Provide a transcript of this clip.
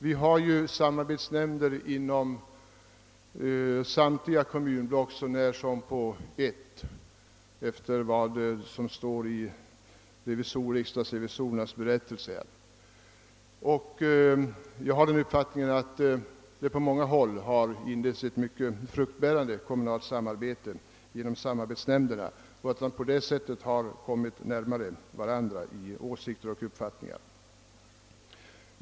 Enligt riksdagsrevisorernas promemoria finns det samarbetsnämnder inom samtliga kommunblock så när som på ett, och jag har den uppfattningen att det på många håll inletts ett mycket fruktbärande kommunalt samarbete inom samarbetsnämnderna och att man på det sättet har kommit varandra närmare i fråga om åsikter.